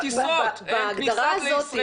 אין טיסות לישראלים.